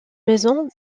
maison